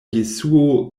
jesuo